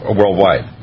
worldwide